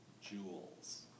jewels